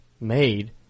made